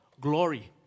glory